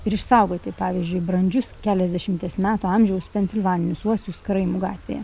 ir išsaugoti pavyzdžiui brandžius keliasdešimties metų amžiaus pensilvanijos uosius karaimų gatvėje